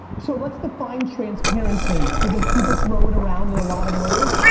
so let's define transparency because people throw it around in a lot of ways.